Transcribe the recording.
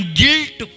guilt